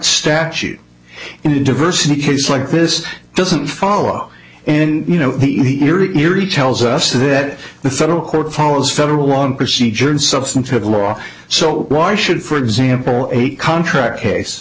statute and it diversity cases like this doesn't follow and you know the eerie eerie tells us that the federal court follows federal law on procedure and substantive law so why should for example a contract case